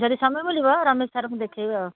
ଯଦି ସମୟ ମିଳିବ ରମେଶ ସାର୍ଙ୍କୁ ଦେଖାଇବ